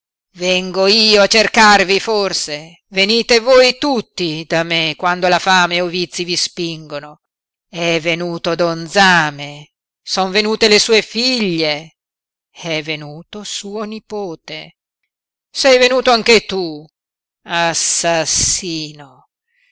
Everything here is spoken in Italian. vengo io a cercarvi forse venite voi tutti da me quando la fame o i vizi vi spingono è venuto don zame son venute le sue figlie è venuto suo nipote sei venuto anche tu